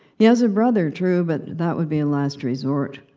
he has a brother, true, but that would be a last resort.